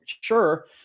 sure